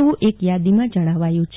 એવું એક યાદીમાં જણાવાયું છે